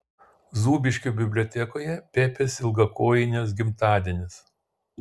zūbiškių bibliotekoje pepės ilgakojinės gimtadienis